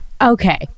Okay